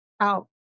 out